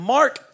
Mark